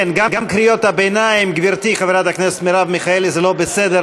תסיים כבר את הנאום שלך, די.